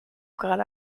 gerade